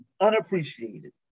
unappreciated